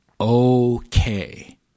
okay